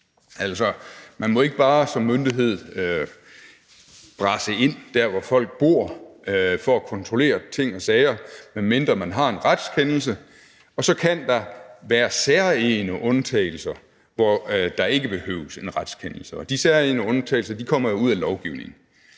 Altså, man må ikke bare som myndighed brase ind der, hvor folk bor, for at kontrollere ting og sager, medmindre man har en retskendelse, og så kan der være særegne undtagelser, hvor der ikke behøves en retskendelse. Og de særegne undtagelser kommer jo ud af lovgivningen.